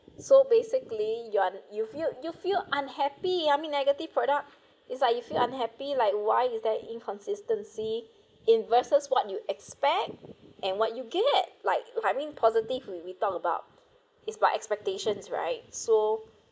so basically you are the you feel you feel unhappy ya I mean negative product is like you feel unhappy like why is that inconsistency in versus what you expect and what you get like I mean positive we we talked about is by expectations right so